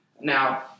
Now